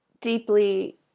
deeply